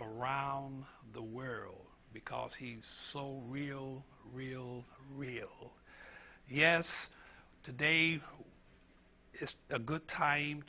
around the word because he's so real real real yes today it's a good time